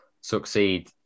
succeed